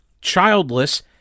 childless